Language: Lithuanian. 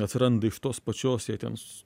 atsiranda iš tos pačios jie ten